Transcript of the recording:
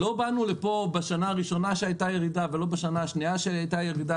אנחנו לא באנו לפה בשנה הראשונה או השנייה של הירידה,